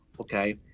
okay